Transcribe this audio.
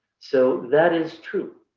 so that is true.